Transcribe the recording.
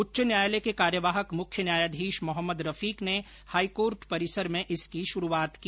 उच्च न्यायालय के कार्यवाहक मुख्य न्यायाधीश मोहम्मद रफीक ने हाईकोर्ट परिसर में इसकी शुरूआत की